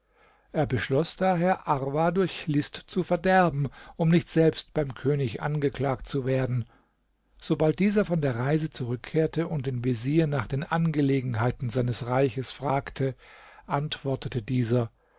er beschloß daher arwa durch list zu verderben um nicht selbst beim könig angeklagt zu werden sobald dieser von der reise zurückkehrte und den vezier nach den angelegenheiten seines reichs fragte antwortete dieser